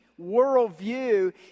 worldview